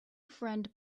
friend